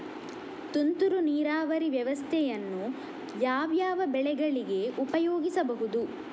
ತುಂತುರು ನೀರಾವರಿ ವ್ಯವಸ್ಥೆಯನ್ನು ಯಾವ್ಯಾವ ಬೆಳೆಗಳಿಗೆ ಉಪಯೋಗಿಸಬಹುದು?